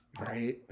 Right